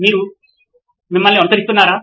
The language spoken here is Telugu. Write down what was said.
మీరు అనుసరిస్తున్నారా